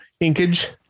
inkage